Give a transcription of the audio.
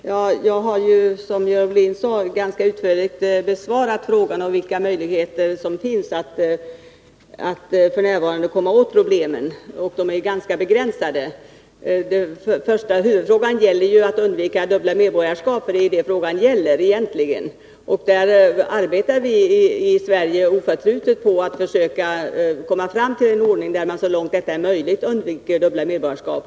Herr talman! Jag har, som Görel Bohlin sade, ganska utförligt besvarat frågan vilka möjligheter som f.n. finns att komma åt problemen. De möjligheterna är alltså ganska begränsade. Huvuduppgiften är att undvika dubbla medborgarskap — det är det frågan egentligen gäller. I Sverige arbetar vi oförtrutet på att man skall komma fram till en ordning där man så långt detta är möjligt undviker dubbla medborgarskap.